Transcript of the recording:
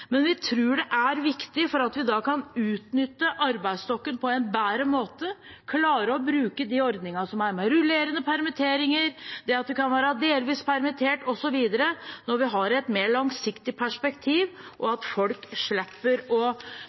men vi tror det er viktig fordi vi da kan utnytte arbeidsstokken på en bedre måte, klare å bruke de ordningene som er med rullerende permitteringer, det at man kan være delvis permittert osv., når vi har et mer langsiktig perspektiv, og at folk slipper å